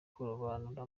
kurobanura